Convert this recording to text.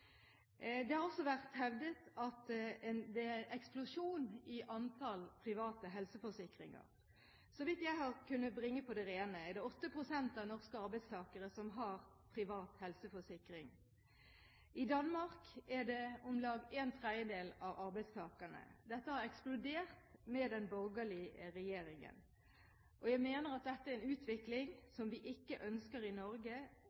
Det har også vært hevdet at det har vært en eksplosjon i antall private helseforsikringer. Så vidt jeg har kunnet bringe på det rene, er det 8 pst. av norske arbeidstakere som har privat helseforsikring. I Danmark er det om lag en tredjedel av arbeidstakerne. Dette har eksplodert med den borgerlige regjeringen. Jeg mener at dette er en utvikling som vi ikke ønsker i Norge.